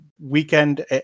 weekend